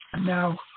Now